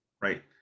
right